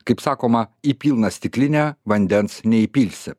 kaip sakoma į pilną stiklinę vandens neįpilsi